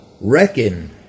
reckon